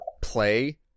play